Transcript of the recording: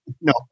No